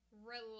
relax